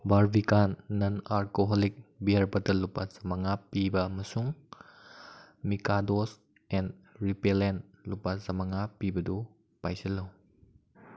Barbican non alcoholic beer bottle ꯂꯨꯄꯥ ꯆꯃꯉꯥ ꯄꯤꯕ ꯑꯃꯁꯨꯡ ꯃꯤꯀꯥꯗꯣꯁ ꯑꯦꯟ ꯔꯤꯄꯦꯂꯦꯟ ꯂꯨꯄꯥ ꯆꯃꯉꯥ ꯄꯤꯕꯗꯨ ꯄꯥꯏꯁꯤꯜꯂꯨ